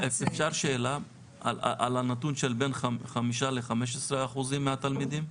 אפשר שאלה על הנתון של בין 5% ל-15% מהתלמידים?